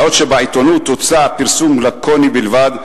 בעוד שבעיתונות הוצע פרסום לקוני בלבד,